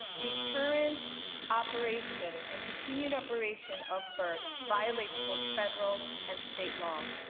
the current operation and continued operation of burkes violates both federal and state law.